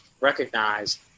recognize